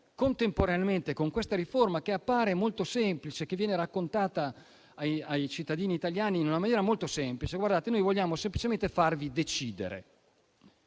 noi, dinanzi a questa riforma che appare molto semplice e che viene raccontata ai cittadini italiani in maniera molto semplice, vogliamo semplicemente farvi decidere: